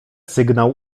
sygnał